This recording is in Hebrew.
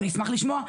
אבל אני אשמח לשמוע,